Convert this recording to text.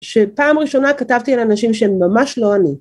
‫שפעם ראשונה כתבתי על אנשים ‫שהם ממש לא אני.